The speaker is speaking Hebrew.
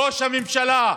ראש הממשלה,